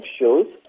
shows